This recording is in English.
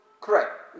correct